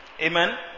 Amen